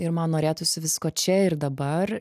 ir man norėtųsi visko čia ir dabar